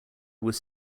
was